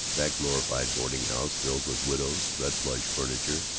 that glorified boarding-house filled with widows, red-plush furniture,